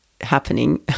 happening